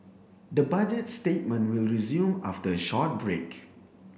the Budget statement will resume after a short break